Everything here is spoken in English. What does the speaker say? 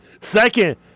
Second